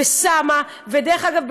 דרך אגב,